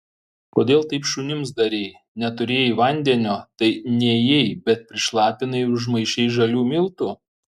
kodėl taip šunims darei neturėjai vandenio tai nėjai bet prišlapinai ir užmaišei žalių miltų